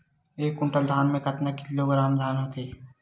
एक कुंटल धान में कतका किलोग्राम धान होथे?